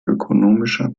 ökonomischer